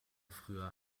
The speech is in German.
früher